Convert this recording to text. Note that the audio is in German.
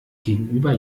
gegenüber